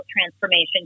transformation